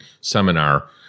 seminar